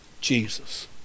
Jesus